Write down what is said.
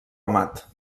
amat